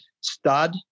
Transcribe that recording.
stud